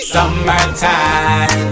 Summertime